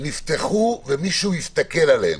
נפתחו ומישהו הסתכל עליהן.